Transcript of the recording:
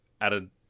added